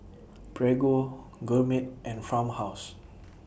Prego Gourmet and Farmhouse